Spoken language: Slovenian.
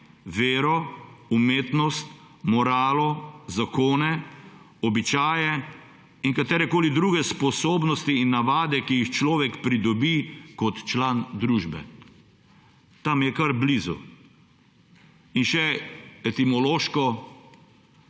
vero, umetnost, moralo, zakone, običaje in katerekoli druge sposobnosti in navade, ki jih človek pridobi kot član družbe. Ta mi je kar blizu. In še etimološko.